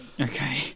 Okay